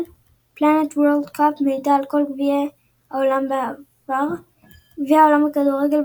Planet World Cup - מידע על כל גביעי העולם בעבר גביע העולם בכדורגל,